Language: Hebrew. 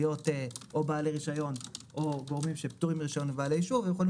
או בעלי רשיון או גורמים שפטורים מרשיון ובעלי אישור ויכולים